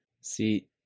See